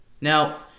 Now